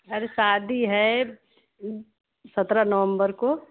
अरे शादी है सत्रह नवंबर को